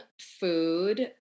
food